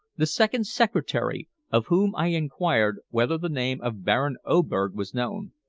the second secretary, of whom i inquired whether the name of baron oberg was known,